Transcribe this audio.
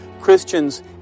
Christians